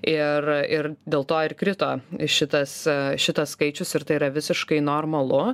ir ir dėl to ir krito šitas šitas skaičius ir tai yra visiškai normalu